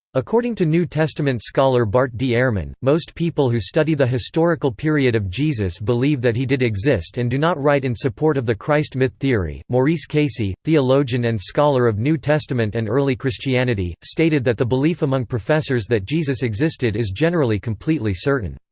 according to new testament scholar bart d. ehrman, most people who study the historical period of jesus believe that he did exist and do not write in support of the christ myth theory maurice casey, theologian and scholar of new testament and early christianity, stated that the belief among professors that jesus existed is generally completely certain.